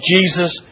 Jesus